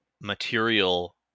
material